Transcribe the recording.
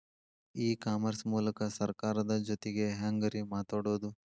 E commerce ಮೂಲಕ ಸರ್ಕಾರದ ಜೊತಿಗೆ ಹ್ಯಾಂಗ್ ರೇ ಮಾತಾಡೋದು?